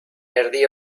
erdi